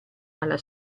alla